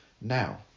now